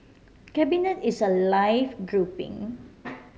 cabinet is a live grouping